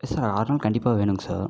S sir ஆறு நாள் கண்டிப்பாக வேணுங்க சார்